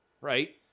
right